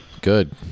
Good